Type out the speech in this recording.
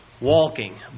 walking